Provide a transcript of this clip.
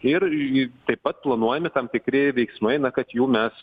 ir į taip pat planuojami tam tikri veiksmai na kad jų mes